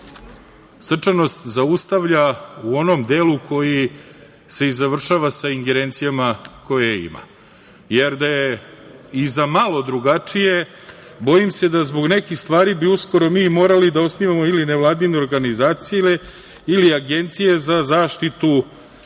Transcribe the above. srčanost zaustavlja u onom delu koji se završava sa ingerencijama koje ima, jer da je i za malo drugačije, bojim se da zbog nekih stvari bi uskoro mi morali da osnivamo ili nevladine organizacije ili agencije za zaštitu prava